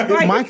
Mike